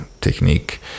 technique